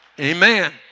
Amen